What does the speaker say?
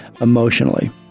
emotionally